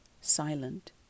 Silent